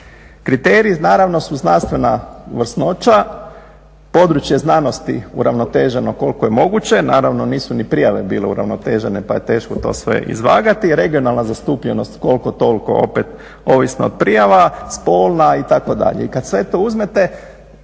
Kriterij naravno su znanstvena vrsnoća, područje znanosti uravnoteženo koliko je moguće, naravno nisu ni prijave bile uravnotežene pa je teško to sve izvagati. Regionalna zastupljenost koliko toliko opet ovisno o prijavama, spolna itd.